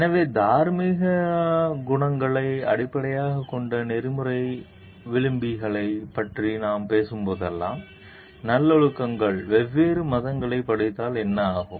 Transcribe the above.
எனவே தார்மீக குணங்களை அடிப்படையாகக் கொண்ட நெறிமுறை விழுமியங்களைப் பற்றி நாம் பேசும்போதெல்லாம் நல்லொழுக்கங்கள் வெவ்வேறு மதங்களையும் படித்தால் என்ன ஆகும்